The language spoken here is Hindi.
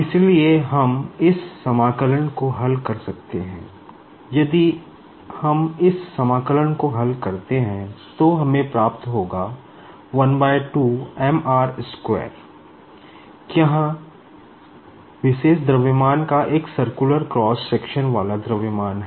इसलिए हम इस इंटीग्रेशन को हल करते हैं तो हमें प्राप्त होगा जहाँ m विशेष द्रव्यमान का एक सकूर्लर क्रॉस सेक्शन वाला द्रव्यमान है